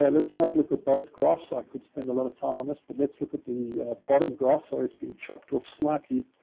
yeah let's not look at both graphs. i could spend a lot of time on this but let's look at the bottom graph where so it's been chopped off slightly,